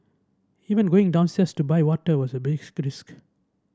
even going downstairs to buy water was a risk